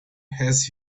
has